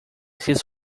his